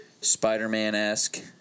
Spider-Man-esque